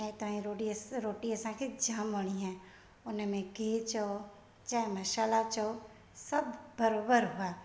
ऐं तव्हां जी रोडी रोटी असांखे जाम वणी आहे उनमें घी चओ चाहे मसाला चओ सभु बराबरि हुआ